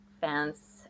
fans